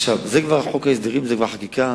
חוק ההסדרים זה כבר חקיקה,